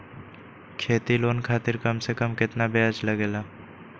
खेती लोन खातीर कम से कम कतेक ब्याज लगेला?